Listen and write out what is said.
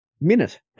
minute